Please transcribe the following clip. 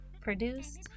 produced